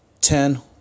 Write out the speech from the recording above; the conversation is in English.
Ten